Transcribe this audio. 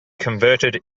converted